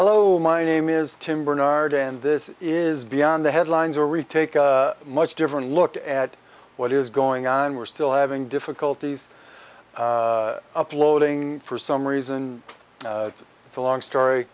hello my name is tim bernard and this is beyond the headlines a retake a much different look at what is going on we're still having difficulties uploading for some reason it's a long